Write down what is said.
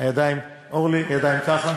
הידיים ככה?